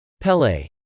Pele